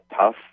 tough